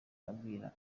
abwira